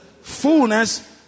fullness